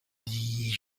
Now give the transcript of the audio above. dit